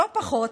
לא פחות,